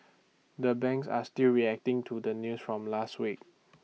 the banks are still reacting to the news from last week